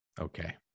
okay